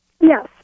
Yes